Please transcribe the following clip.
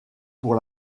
pour